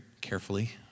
carefully